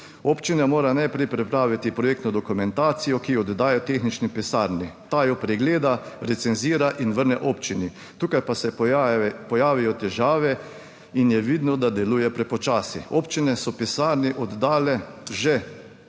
občina mora najprej pripraviti projektno dokumentacijo, ki jo oddaja tehnični pisarni. Ta jo pregleda, recenzira in vrne občini - tukaj pa se pojavijo težave in je vidno, da deluje prepočasi. Občine so pisarni oddale že